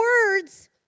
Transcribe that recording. words